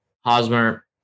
Hosmer